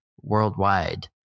worldwide